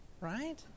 right